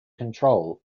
control